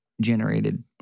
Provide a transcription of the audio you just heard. generated